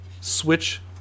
switch